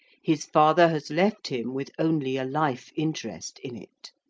his father has left him with only a life interest in it